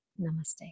namaste